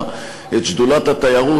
את שדולת התיירות.